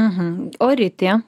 mhm o ritė